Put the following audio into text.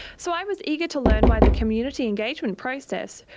so i was eager to learn why the community engagement process,